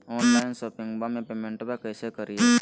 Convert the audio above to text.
Online शोपिंगबा में पेमेंटबा कैसे करिए?